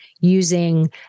using